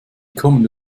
kommende